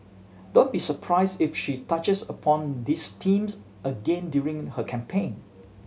don't be surprise if she touches upon these themes again during her campaign